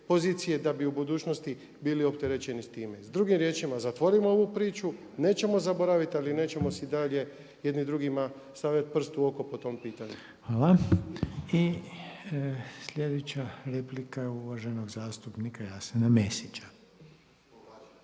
da bi u budućnosti bili opterećeni s time. Drugim riječima zatvorimo ovu priču, nećemo zaboraviti, ali nećemo si dalje jedni drugima stavljati prst u oku po tom pitanju. Hvala. **Reiner, Željko (HDZ)** Hvala. I sljedeća replika je uvaženog zastupnika Jasena Mesića.